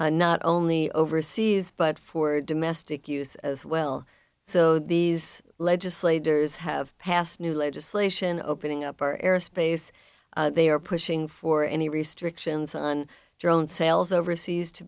for not only overseas but for domestic use as well so these legislators have passed new legislation opening up our airspace they are pushing for any restrictions on drone sales overseas to